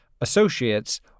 associates